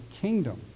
kingdom